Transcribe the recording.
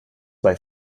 bei